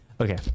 okay